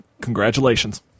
congratulations